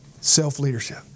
Self-leadership